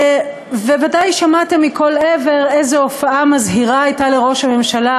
בוודאי שמעתם מכל עבר איזו הופעה מזהירה הייתה לראש הממשלה,